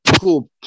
cool